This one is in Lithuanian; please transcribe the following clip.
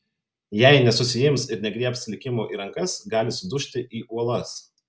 jei nesusiims ir negriebs likimo į rankas gali sudužti į uolas